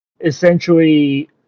essentially